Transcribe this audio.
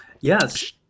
Yes